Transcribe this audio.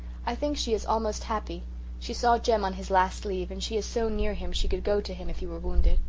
i think she is almost happy she saw jem on his last leave and she is so near him she could go to him, if he were wounded.